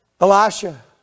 Elisha